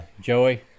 joey